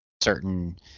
certain